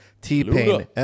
T-Pain